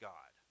God